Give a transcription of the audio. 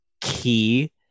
key